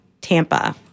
Tampa